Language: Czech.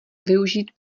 využít